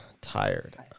tired